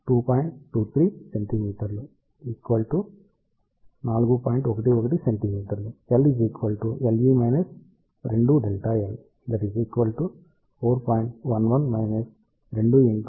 9 సెం